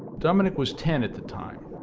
dominique was ten at the time.